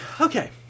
Okay